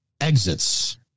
exits